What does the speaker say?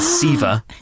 Siva